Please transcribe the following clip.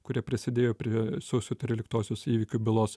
kurie prisidėjo prie sausio tryliktosios įvykių bylos